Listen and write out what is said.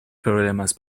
problemas